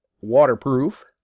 waterproof